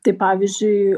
tai pavyzdžiui